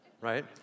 right